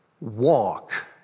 walk